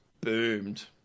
boomed